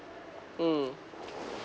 mm